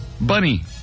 Bunny